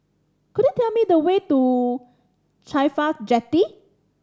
could you tell me the way to CAFHI Jetty